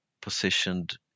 positioned